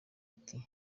ati